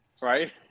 right